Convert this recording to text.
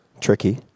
tricky